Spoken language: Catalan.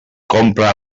compra